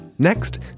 Next